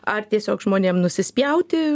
ar tiesiog žmonėm nusispjauti